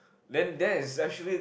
then there especially